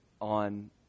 on